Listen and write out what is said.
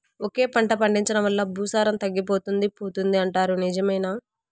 ఒకే పంట పండించడం వల్ల భూసారం తగ్గిపోతుంది పోతుంది అంటారు నిజమేనా